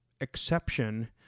exception